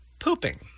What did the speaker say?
pooping